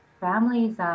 families